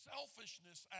Selfishness